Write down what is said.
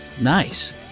nice